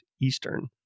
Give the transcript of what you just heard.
Eastern